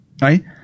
right